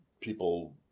people